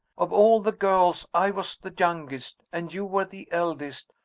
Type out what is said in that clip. of all the girls i was the youngest and you were the eldest,